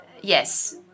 yes